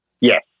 Yes